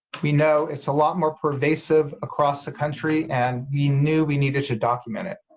we know it's a lot more pervasive across the country and we knew we needed to document it.